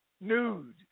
nude